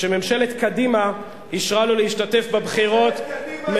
שממשלת קדימה אישרה לו להשתתף בבחירות,